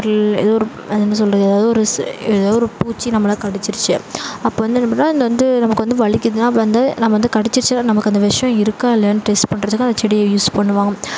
ஏதோ ஒரு அது என்ன சொல்வது ஏதாவது ஒரு ஏதோ ஒரு பூச்சி நம்மளை கடிச்சிருச்சு அப்போ வந்து நம்ம என்ன அது வந்து நமக்கு வந்து வலிக்கிதுனால் வந்து நம்ம வந்து கடிச்சிருச்சு நமக்கு அந்த விஷம் இருக்கா இல்லையானு டெஸ்ட் பண்ணுறதுக்கு அந்த செடியை யூஸ் பண்ணுவாங்க